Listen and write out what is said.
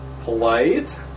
Polite